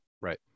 Right